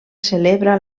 celebra